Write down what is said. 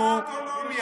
אנחנו אתה האוטונומיה,